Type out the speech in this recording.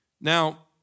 Now